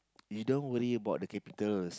you don't worry about the capitals